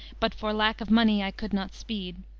but for lack of mony i could not speede,